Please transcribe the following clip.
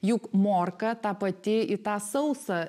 juk morka ta pati į tą sausą